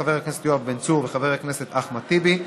חבר הכנסת יואב בן צור וחבר הכנסת אחמד טיבי,